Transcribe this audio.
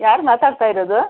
ಯಾರು ಮಾತಾಡ್ತಾ ಇರೋದು